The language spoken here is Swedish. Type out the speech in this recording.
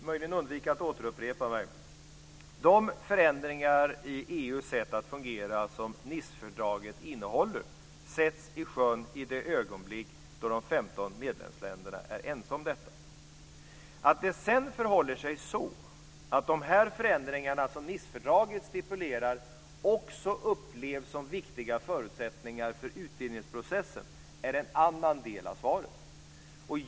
Fru talman! För att möjligen undvika att upprepa mig: De förändringar i EU:s sätt att fungera som Nicefördraget innehåller sätts i sjön i det ögonblick då de 15 medlemsländerna är ense om detta. Att det sedan förhåller sig så att de förändringar som Nicefördraget stipulerar också upplevs som viktiga förutsättningar för utvidgningsprocessen är en annan del av svaret.